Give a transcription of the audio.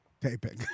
Taping